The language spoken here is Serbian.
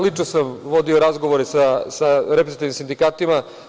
Lično sam vodio razgovore sa reprezentativnim sindikatima.